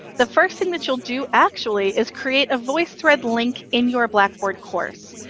the first thing that you'll do actually is create a voicethread link in your blackboard course.